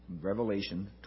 Revelation